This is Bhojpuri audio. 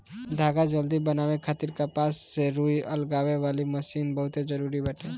धागा जल्दी बनावे खातिर कपास से रुई अलगावे वाली मशीन बहुते जरूरी बाटे